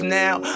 now